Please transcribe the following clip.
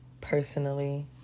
personally